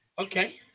Okay